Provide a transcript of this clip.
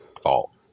fault